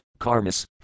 karmas